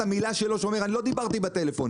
המילה שלו שהוא טוען שהוא לא דיבר בטלפון.